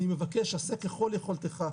אני מבקש, עשה ככל יכולתך.